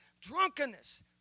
drunkenness